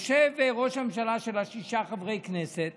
יושב ראש ממשלה של השישה חברי כנסת